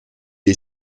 est